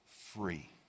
free